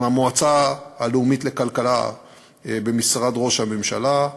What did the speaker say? עם המועצה הלאומית לכלכלה במשרד ראש הממשלה,